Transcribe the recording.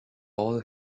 all